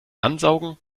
ansaugen